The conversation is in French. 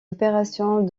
opérations